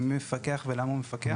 מי מפקח ולמה הוא מפקח.